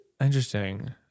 Interesting